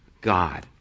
God